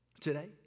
today